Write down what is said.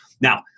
Now